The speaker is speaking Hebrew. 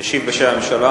ישיב בשם הממשלה